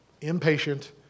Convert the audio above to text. impatient